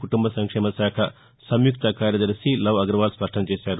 కుటుంబ సంక్షేమశాఖ సంయుక్త కార్యదర్శి లవ్ అగర్వాల్ స్పష్టం చేశారు